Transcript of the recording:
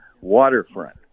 waterfront